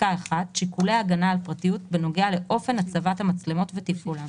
(1)שיקולי הגנה על פרטיות בנוגע לאופן הצבת המצלמות ותפעולן,